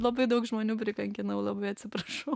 labai daug žmonių prikankinau labai atsiprašau